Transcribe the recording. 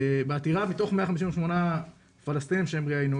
בעתירה מתוך 158 פלסטינים שהם ראיינו,